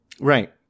Right